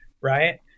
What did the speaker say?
right